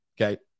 Okay